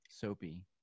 Soapy